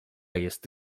jest